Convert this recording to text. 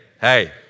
hey